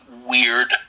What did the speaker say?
weird